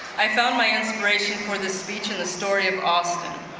i found my inspiration for the speech in the story of austin,